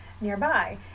nearby